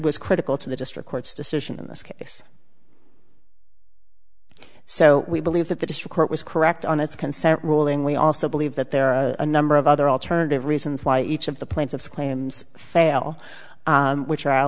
was critical to the district court's decision in this case so we believe that the district court was correct on its consent ruling we also believe that there are a number of other alternative reasons why each of the plaintiff's claims fail which are